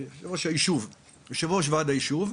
בעצם יושב-ראש ועד היישוב.